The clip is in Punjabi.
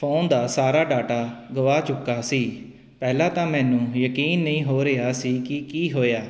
ਫੋਨ ਦਾ ਸਾਰਾ ਡਾਟਾ ਗਵਾ ਚੁੱਕਾ ਸੀ ਪਹਿਲਾਂ ਤਾਂ ਮੈਨੂੰ ਯਕੀਨ ਨਹੀਂ ਹੋ ਰਿਹਾ ਸੀ ਕਿ ਕੀ ਹੋਇਆ